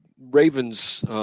Ravens